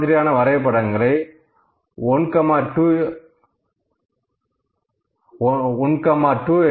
இந்தமாதிரியான வரைபடங்களை 12 1